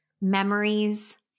memories